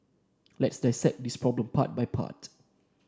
let's dissect this problem part by part